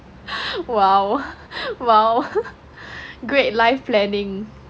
!wow! !wow! great life planning